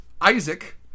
Isaac